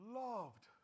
loved